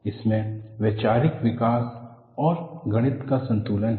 इसमें वैचारिक विकास और गणित का संतुलन है